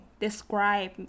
describe